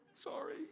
Sorry